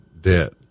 debt